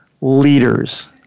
leaders